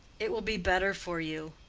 it will be better for you.